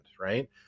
right